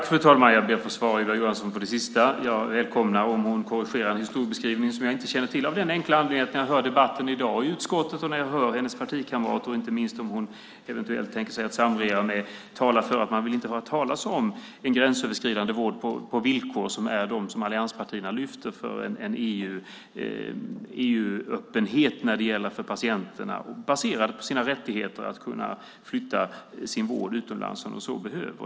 Fru talman! Jag ber att få svara Ylva Johansson på det sista. Jag välkomnar att hon korrigerar historieskrivningen av det som jag inte kände till. Den enkla anledningen till det är att jag i debatten i utskottet hör hennes partikamrater, och inte minst kamrater från de partier hon eventuellt tänker sig att samregera med, tala för att man inte vill höra talas om en gränsöverskridande vård på villkor som är de som allianspartierna lyfter fram för en EU-öppenhet när det gäller patienterna baserad på deras rättigheter att flytta sin vård utomlands om de så behöver.